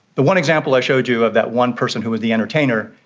the one example i showed you of that one person who was the entertainer,